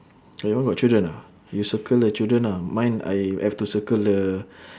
your one got children ah you circle the children ah mine I have to circle the